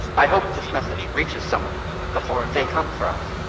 i hope this message reaches someone before they come for us.